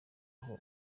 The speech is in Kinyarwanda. aho